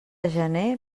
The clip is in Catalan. gener